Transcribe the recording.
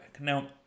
Now